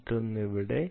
മറ്റൊന്ന് ഇവിടെ